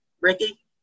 Ricky